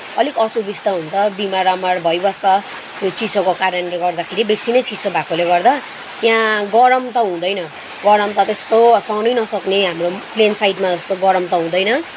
अलिक असुबिस्ता हुन्छ बिमार आमार भइबस्छ त्यो चिसोको कारणले गर्दाखेरि बेसी नै चिसो भएकोले गर्दा त्यहाँ गरम त हुँदैन गरम त त्यस्तो सहनै नसक्ने हाम्रो प्लेन साइडमा जस्तो गरम त हुँदैन